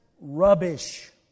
rubbish